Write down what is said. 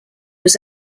was